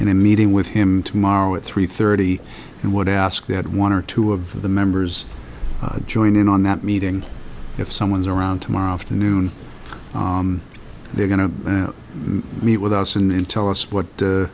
in a meeting with him tomorrow at three thirty and would ask that one or two of the members join in on that meeting if someone's around tomorrow afternoon they're going to meet with us and tell us what